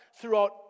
throughout